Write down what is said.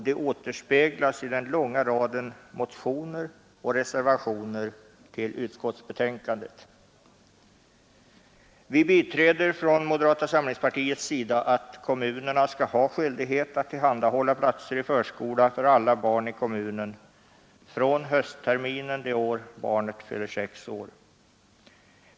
Det återspeglas i den långa raden motioner och reservationer till utskottsbetänkandet. Vi från moderata samlingspartiet biträder att kommunerna skall ha skyldighet att tillhandahålla platser i förskola för alla barn i kommunen från höstterminen det år barnet fyller sex år.